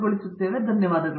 ಪ್ರತಾಪ್ ಹರಿಡೋಸ್ ಧನ್ಯವಾದಗಳು